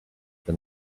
been